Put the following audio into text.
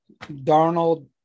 Darnold